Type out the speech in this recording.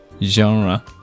Genre